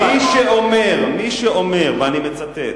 מי שאומר, ואני מצטט: